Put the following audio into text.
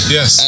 Yes